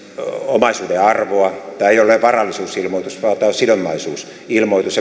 omaisuuden arvoa tämä ei ole varallisuusilmoitus vaan tämä on sidonnaisuusilmoitus